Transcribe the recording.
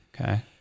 Okay